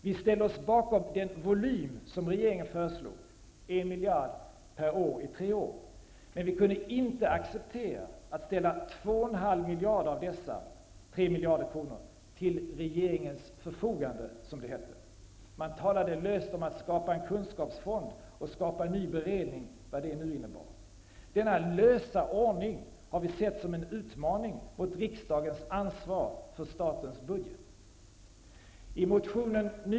Vi ställde oss bakom den volym som regeringen föreslog, en miljard per år i tre år, men vi kunde inte acceptera att ställa två och en halv av dessa tre miljarder kronor ''till regeringens förfogande'', som det hette. Man talade löst om att skapa en kunskapsfond och skapa en ny beredning, vad det nu innebar. Denna lösa ordning har vi sett som en utmaning mot riksdagens ansvar för statens budget.